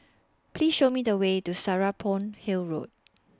Please Show Me The Way to Serapong Hill Road